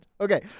Okay